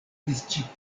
disĉiploj